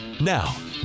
Now